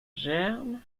germent